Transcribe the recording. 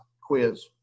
quiz